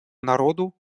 народу